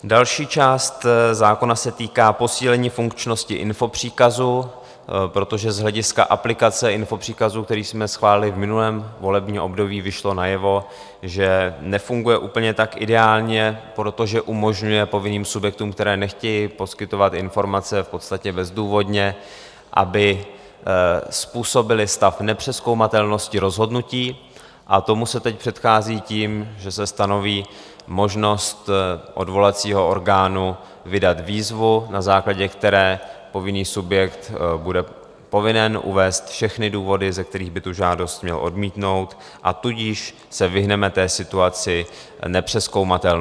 Další část zákona se týká posílení funkčnosti infopříkazu, protože z hlediska aplikace infopříkazu, který jsme schválili v minulém volebním období, vyšlo najevo, že nefunguje úplně tak ideálně, protože umožňuje povinným subjektům, které nechtějí poskytovat informace v podstatě bezdůvodně, aby způsobily stav nepřezkoumatelnosti rozhodnutí, a tomu se teď předchází tím, že se stanoví možnost odvolacího orgánu vydat výzvu, na základě které povinný subjekt bude povinen uvést všechny důvody, ze kterých by žádost měl odmítnout, a tudíž se vyhneme situaci nepřezkoumatelnosti.